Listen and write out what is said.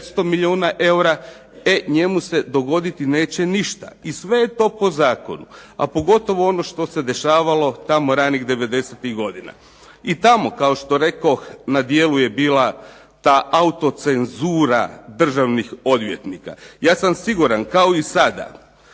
500 milijuna eura, e njemu se dogoditi neće ništa. I sve je to po zakonu. A pogotovo ono što se dešavalo tamo ranih 90-ih godina. I tamo kao što rekoh na djelu je bila ta autocenzura državnih odvjetnika. Ja sam siguran, kao i sada,